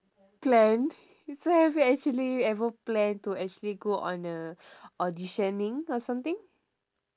plan so have you actually ever plan to actually go on a auditioning or something